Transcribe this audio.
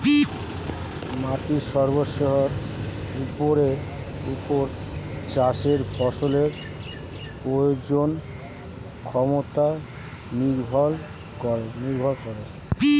মাটির স্বাস্থ্যের ওপর চাষের ফসলের প্রজনন ক্ষমতা নির্ভর করে